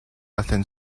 hacen